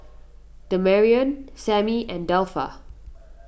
Damarion Sammie and Delpha